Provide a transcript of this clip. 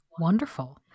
Wonderful